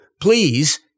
Please